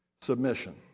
Submission